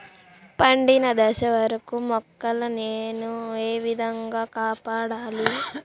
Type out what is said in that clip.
పండిన దశ వరకు మొక్కల ను ఏ విధంగా కాపాడాలి?